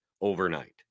overnight